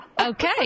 Okay